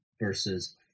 versus